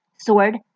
Sword